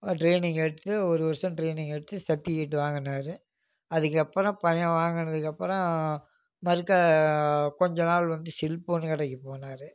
ஒரு டிரைனிங் எடுத்து ஒரு வருஷம் டிரைனிங் எடுத்து செர்டிஃபிகேட் வாங்கினாரு அதுக்கு அப்புறம் பையன் வாங்கினதுக்கு அப்புறம் மறுக்கா கொஞ்ச நாள் வந்து செல் ஃபோன் கடைக்கு போனார்